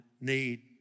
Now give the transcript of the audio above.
need